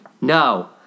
No